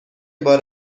بار